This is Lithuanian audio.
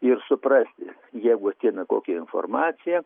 ir suprasti jeigu ateina kokia informacija